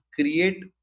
create